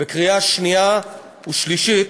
בקריאה שנייה ושלישית,